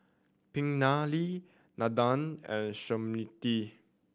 Pingali Nandan and Smriti